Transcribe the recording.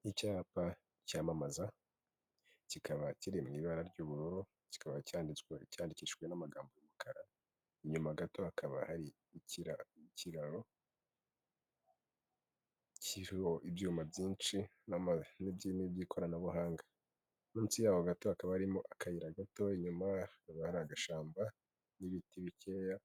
Ni icyapa cyamamaza kikaba kiri mu ibara ry'ubururu kikaba cyanditswe cyandikishijwe n'amagambo y'umukara inyuma gato hakaba hari ikikirararo kiriho ibyuma byinshi n'amafi n'idini by'ikoranabuhanga munsi y yaho gato hakaba harimo akayira gato inyumaba agashamba n'ibiti bikeya